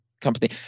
company